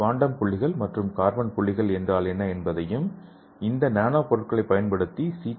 quantum புள்ளிகள் மற்றும் carbon புள்ளிகள் என்றால் என்ன என்பதையும் இந்த நானோ பொருட்களைப் பயன்படுத்தி சி